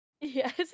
Yes